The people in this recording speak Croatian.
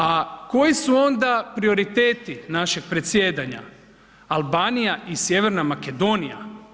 A koji su onda prioriteti našeg predsjedanja Albanija i Sjeverna Makedonija?